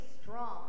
strong